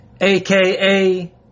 aka